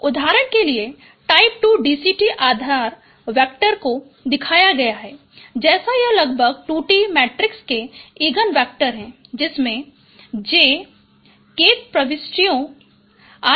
उदाहरण के लिए टाइप 2 DCT आधार वैक्टर को दिखाया गया है जैसे यह लगभग 2 D मैट्रिक्स के इगन वेक्टर है जिसमें j kth प्रविष्टियां r